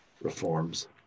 reforms